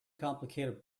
complicated